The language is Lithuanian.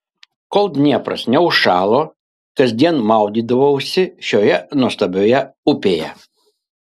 kol dniepras neužšalo kasdien maudydavausi šioje nuostabioje upėje